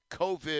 COVID